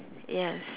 yes